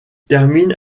termine